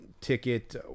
ticket